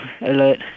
alert